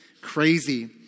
Crazy